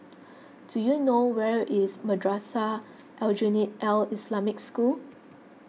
do you know where is Madrasah Aljunied Al Islamic School